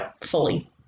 fully